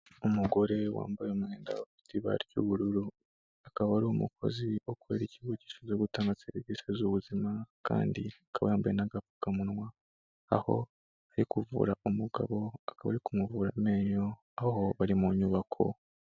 Umugore wambaye umwenda ufite ibara ry'ubururu, akaba ari umukozi ukorera ikigo gishinzwe gutanga serivisi z'ubuzima, kandi akaba yambaye n'agapfukamunwa, aho ari kuvura umugabo, akaba ari kumuvura amenyo, aho bari mu nyubako.